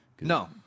No